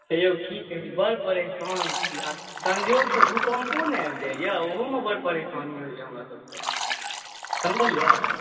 यौ की कही बड्ड परेशान छी आ सयोगसँ भूकम्पो ने आबि जाइए ओहोमे बड्ड परेशानी होइए हमरासभके जानलियै